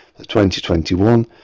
2021